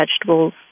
vegetables